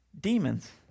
demons